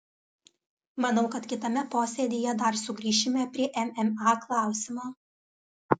manau kad kitame posėdyje dar sugrįšime prie mma klausimo